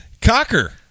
Cocker